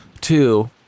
Two